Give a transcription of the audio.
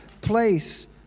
place